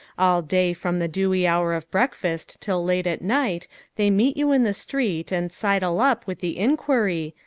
all day from the dewy hour of breakfast till late at night they meet you in the street and sidle up with the enquiry,